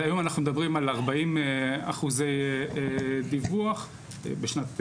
היום אנחנו מדברים על 40% דיווח בשנת תשפ"ב,